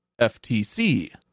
FTC